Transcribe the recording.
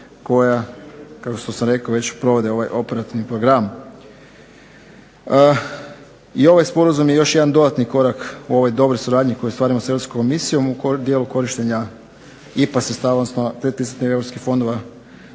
koja kao što sam rekao već provode ovaj operativni program. I ovaj sporazum je još jedan dodatni korak u ovoj dobroj suradnji koju ostvarujemo s Europskom komisijom u dijelu korištenja IPA sredstava, odnosno